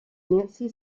nancy